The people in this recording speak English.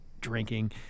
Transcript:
drinking